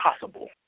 possible